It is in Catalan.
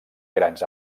grans